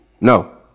No